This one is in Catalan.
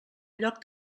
lloc